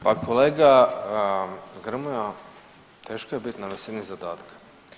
Pa kolega Grmoja teško je biti na visini zadatka.